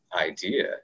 idea